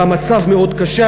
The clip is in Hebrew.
והמצב מאוד קשה.